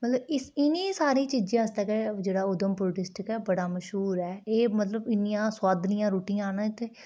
मतलब इस इनें सारें चीज़ें आस्तै गै जेह्ड़ा उधमपुर डिस्ट्रिक्ट ऐ बड़ा मश्हूर ऐ एह् मतलब इन्नियां सोआदलियां रुट्टियां न इत्थै